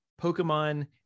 Pokemon